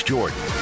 Jordan